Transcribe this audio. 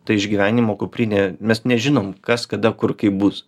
ta išgyvenimo kuprinė mes nežinom kas kada kur kaip bus